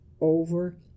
over